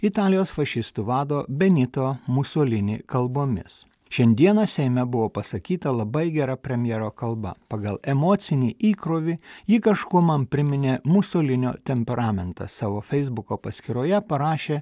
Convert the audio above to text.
italijos fašistų vado benito musolini kalbomis šiandieną seime buvo pasakyta labai gera premjero kalba pagal emocinį įkrovį ji kažkuo man priminė musolinio temperamentą savo feisbuko paskyroje parašė